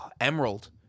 Emerald